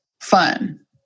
fun